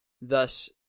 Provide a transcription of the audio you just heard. Thus